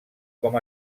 com